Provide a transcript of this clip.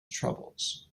troubles